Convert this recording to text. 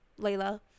Layla